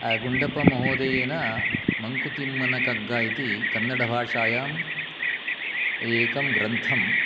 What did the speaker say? गुण्डप्पमहोदयेन मङ्कुतीं मनकग्गा इति कन्नडभाषायां एकं ग्रन्थं